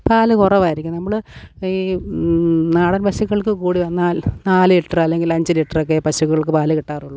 പാല് കുറവായിരിക്കും നമ്മള് ഈ നാടന് പശുക്കൾക്ക് കൂടി വന്നാൽ നാല് ലിട്ടർ അല്ലെങ്കില് അഞ്ച് ലിട്രോക്കെയേ പശുക്കൾക്ക് പാല് കിട്ടാറുള്ളൂ